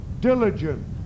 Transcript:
diligent